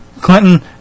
Clinton